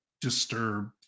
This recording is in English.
disturb